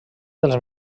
dels